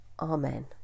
Amen